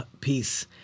peace